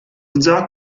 sag